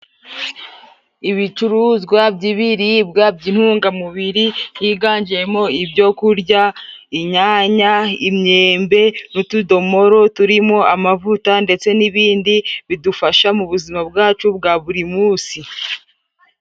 Ibicuruzwa by'ibiribwa by'intungamubiri higanjemo ibyo kurya inyanya, imyembe n'utudomoro turimo amavuta ndetse n'ibindi bidufasha mu buzima bwacu bwa buri munsi.